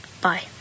Bye